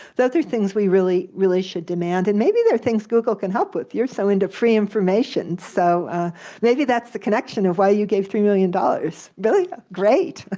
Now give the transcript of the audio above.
those are things we really, really should demand. and maybe they're things google can help with. you're so into free information, so maybe that's the connection of why you gave three million dollars. really great, ah